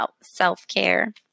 self-care